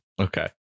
Okay